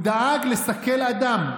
הוא דאג לסכל אדם,